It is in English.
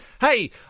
Hey